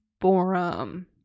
Forum